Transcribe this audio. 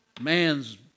man's